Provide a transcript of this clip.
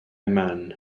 man